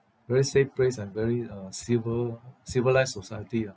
very safe place and very uh civil~ civilised society ah